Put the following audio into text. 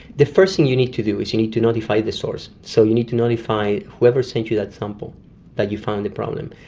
the first thing you need to do is you need to notify the source, so you need to notify whoever sent you that sample that you found the problem.